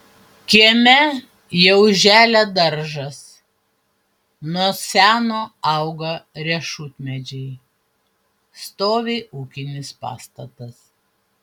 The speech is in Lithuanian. kieme jau želia daržas nuo seno auga riešutmedžiai stovi ūkinis pastatas